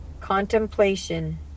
Contemplation